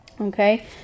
okay